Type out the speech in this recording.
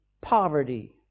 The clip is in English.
poverty